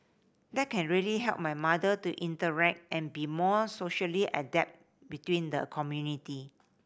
that can really help my mother to interact and be more socially adept within the community